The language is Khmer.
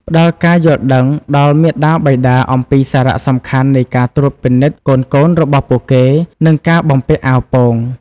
ផ្តល់ការយល់ដឹងដល់មាតាបិតាអំពីសារៈសំខាន់នៃការត្រួតពិនិត្យកូនៗរបស់ពួកគេ និងការបំពាក់អាវពោង។